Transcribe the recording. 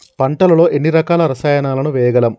పంటలలో ఎన్ని రకాల రసాయనాలను వేయగలము?